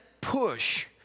push